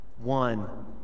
one